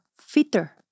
fitter